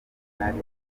nari